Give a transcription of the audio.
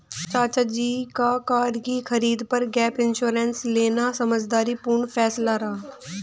चाचा जी का कार की खरीद पर गैप इंश्योरेंस लेना समझदारी पूर्ण फैसला रहा